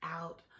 out